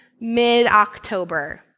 mid-October